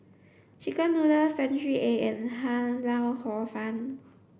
chicken noodles century egg and Ham Lau Hor fun